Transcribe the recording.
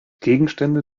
gegenstände